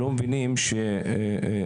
לא מבינים שהחינוך,